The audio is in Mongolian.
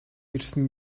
ирсэн